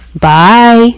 bye